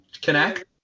connect